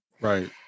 right